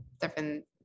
different